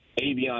Avion